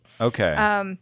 Okay